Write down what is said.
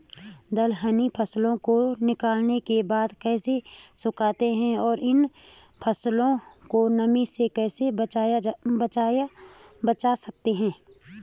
दलहनी फसलों को निकालने के बाद कैसे सुखाते हैं और इन फसलों को नमी से कैसे बचा सकते हैं?